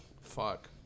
Fuck